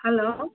hello